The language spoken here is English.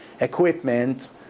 equipment